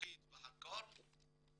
חינוכית והכול?